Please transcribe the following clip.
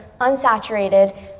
unsaturated